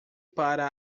para